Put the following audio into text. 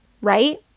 right